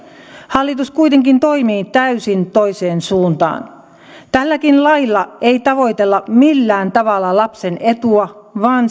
hallitus kuitenkin toimii täysin toiseen suuntaan tälläkään lailla ei tavoitella millään tavalla lapsen etua vaan